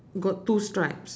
got two stripes